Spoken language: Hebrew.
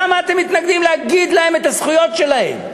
למה אתם מתנגדים לכך שיגידו להם את הזכויות שלהם?